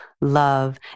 love